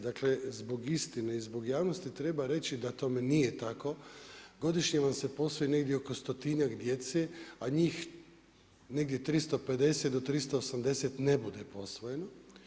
Dakle zbog istine i zbog javnosti treba reći da tome nije tako, godišnje vam se posvoji negdje oko stotinjak djece a njih negdje 350 do 380 ne bude posvojeno.